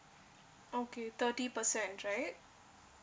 okay thirty percent right